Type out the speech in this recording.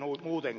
manniselle